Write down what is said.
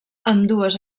ambdues